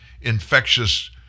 infectious